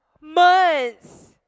months